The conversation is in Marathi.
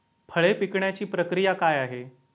फळे पिकण्याची प्रक्रिया काय आहे?